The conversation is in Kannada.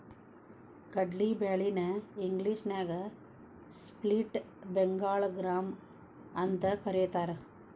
ಕಡ್ಲಿ ಬ್ಯಾಳಿ ನ ಇಂಗ್ಲೇಷನ್ಯಾಗ ಸ್ಪ್ಲಿಟ್ ಬೆಂಗಾಳ್ ಗ್ರಾಂ ಅಂತಕರೇತಾರ